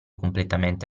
completamente